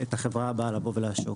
את החברה הבאה לבוא ולעשוק.